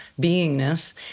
beingness